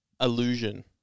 Illusion